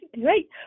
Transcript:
Great